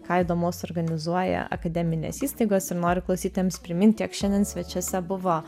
ką įdomaus organizuoja akademinės įstaigos ir noriu klausytojams priminti jog šiandien svečiuose buvo